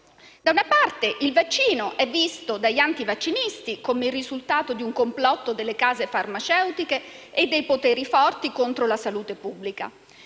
Da una parte il vaccino è visto dagli antivaccinisti come il risultato di un complotto delle case farmaceutiche e dei poteri forti contro la salute pubblica;